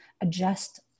adjust